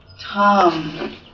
Tom